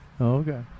Okay